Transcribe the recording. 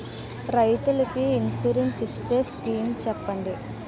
రైతులు కి ఇన్సురెన్స్ ఇచ్చే స్కీమ్స్ చెప్పండి?